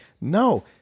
No